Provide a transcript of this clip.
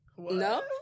No